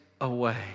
away